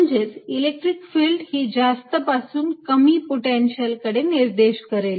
म्हणजेच electric field ही जास्त पासून कमी पोटेन्शिअल कडे निर्देश करत असेल